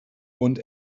und